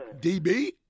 DB